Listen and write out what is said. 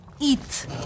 Eat